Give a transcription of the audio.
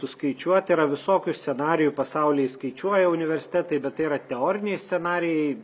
suskaičiuot tai yra visokių scenarijų pasauly skaičiuoja universitetai bet tai yra teoriniai scenarijai